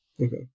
Okay